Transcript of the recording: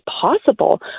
possible